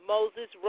Moses